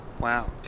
Wow